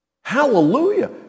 Hallelujah